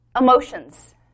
emotions